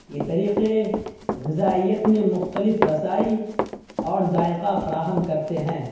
یہ طریقے غذائیت میں مختلف رسائی اور ذائقہ فراہم کرتے ہیں